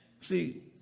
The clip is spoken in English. See